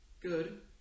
good